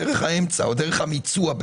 דרך האמצע או דרך המיצוע.